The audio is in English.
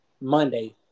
Monday